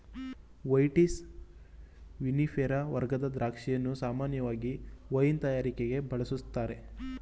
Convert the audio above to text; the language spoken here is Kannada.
ವೈಟಿಸ್ ವಿನಿಫೆರಾ ವರ್ಗದ ದ್ರಾಕ್ಷಿಯನ್ನು ಸಾಮಾನ್ಯವಾಗಿ ವೈನ್ ತಯಾರಿಕೆಗೆ ಬಳುಸ್ತಾರೆ